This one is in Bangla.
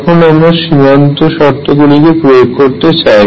এখন আমরা সীমান্ত শর্তগুলিকে প্রয়োগ করতে চাই